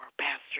Pastor